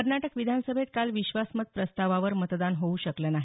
कर्नाटक विधानसभेत काल विश्वासमत प्रस्तावावर मतदान होऊ शकलं नाही